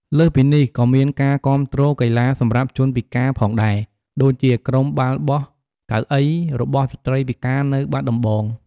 លើសពីនេះក៏មានការគំាទ្រកីឡាសម្រាប់ជនពិការផងដែរ ដូចជា ក្រុមបាល់បោះកៅអីរបស់ស្ត្រីពិការនៅបាត់ដំបង។